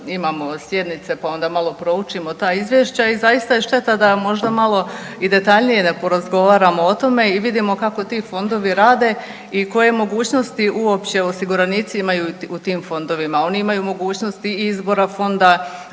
imamo sjednice pa onda malo proučimo ta izvješća i zaista je šteta da možda malo i detaljnije ne porazgovaramo o tome i vidimo kako ti fondovi rade i koje mogućnosti uopće osiguranici imaju u tim fondovima. Oni imaju mogućnosti izbora fonda,